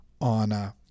on—